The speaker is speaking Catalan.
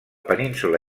península